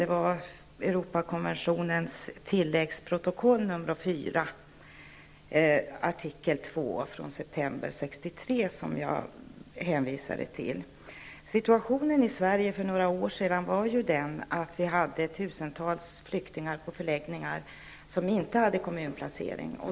Det var Europakonventionens tilläggsprotokoll nr 4, artikel 2, från september 1963 som jag hänvisade till. Situationen i Sverige för några år sedan var den, att vi hade tusentals flyktingar på förläggningar som inte hade kommunplaceringar.